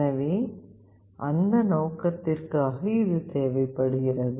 எனவே அந்த நோக்கத்திற்காக இது தேவைப்படுகிறது